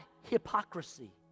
hypocrisy